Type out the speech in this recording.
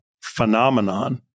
phenomenon